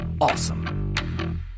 awesome